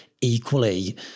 Equally